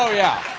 ah yeah,